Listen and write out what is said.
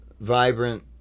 vibrant